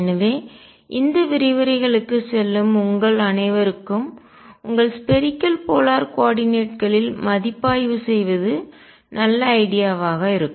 எனவே இந்த விரிவுரைகளுக்குச் செல்லும் உங்கள் அனைவருக்கும் உங்கள் ஸ்பேரிக்கல் போலார் கோஆர்டினேட்களில் கோள துருவ ஆயத்தொகுதி மதிப்பாய்வு செய்வது நல்ல ஐடியாவாக இருக்கும்